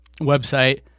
website